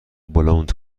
بلوند